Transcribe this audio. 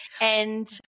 and-